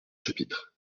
chapitre